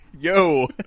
yo